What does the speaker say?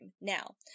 Now